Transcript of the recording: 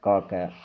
कऽ के